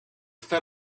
fed